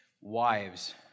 Wives